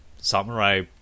samurai